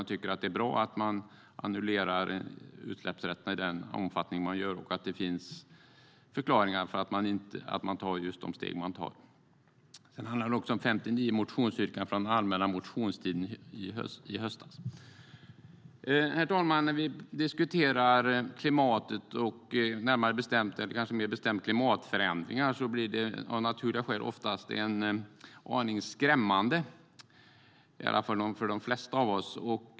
Vi tycker att det är bra att man annullerar utsläppsrätterna i den omfattning man gör och att det finns förklaringar till de steg man tar. Det handlar också om 59 motionsyrkanden från den allmänna motionstiden i höstas. Herr talman! När vi diskuterar klimatet och närmare bestämt klimatförändringar blir det av naturliga skäl oftast en aning skrämmande, i alla fall för de flesta av oss.